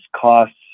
costs